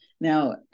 Now